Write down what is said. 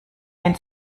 wenn